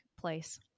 place